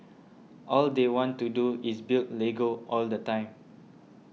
all they want to do is build Lego all the time